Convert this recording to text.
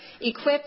equipped